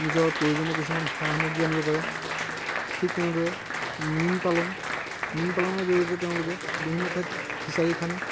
নিজৰ প্ৰয়োজনীয় কিছুমান সা সামগ্ৰী আনিব পাৰে ঠিক তেনেদৰে মীন পালন মীন পালনৰ জৰিয়তে তেওঁলোকে বিভিন্ন ঠাইত ফিচাৰী খান্দি